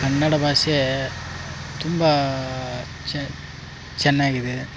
ಕನ್ನಡ ಭಾಷೆ ತುಂಬ ಚೆನ್ನಾಗಿದೆ